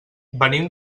venim